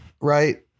Right